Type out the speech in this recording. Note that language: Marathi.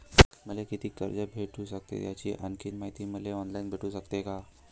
मले कितीक कर्ज भेटू सकते, याची आणखीन मायती मले ऑनलाईन भेटू सकते का?